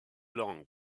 long